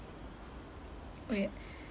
oh ya